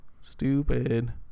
Stupid